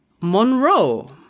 Monroe